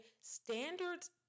standards